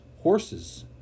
horses